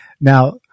Now